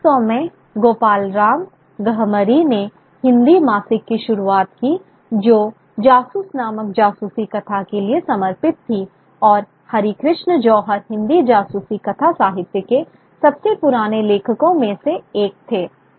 1900 में गोपालराम गहमरी ने हिंदी मासिक की शुरुआत की जो जासूस नामक जासूसी कथा के लिए समर्पित थी और हरिकृष्ण जौहर हिंदी जासूसी कथा साहित्य के सबसे पुराने लेखकों में से एक थे